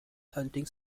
hunting